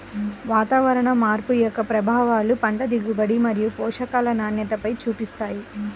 వాతావరణ మార్పు యొక్క ప్రభావాలు పంట దిగుబడి మరియు పోషకాల నాణ్యతపైన చూపిస్తాయి